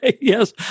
Yes